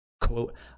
quote